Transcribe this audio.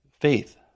faith